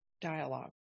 dialogue